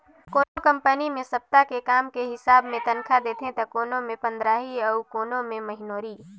कोनो कंपनी मे सप्ता के काम के हिसाब मे तनखा देथे त कोनो मे पंदराही अउ कोनो मे महिनोरी